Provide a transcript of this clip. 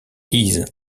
lise